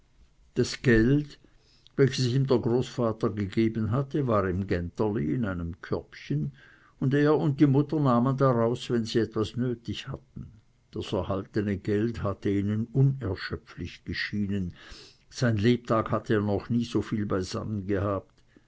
das geld welches ihm der großvater gegeben hatte war im genterli in einem körbchen und er und die mutter nahmen daraus wann sie etwas nötig hatten das erhaltene geld hatte ihnen unerschöpflich geschienen sein lebtag hatte er noch nie so viel beisammen gehabt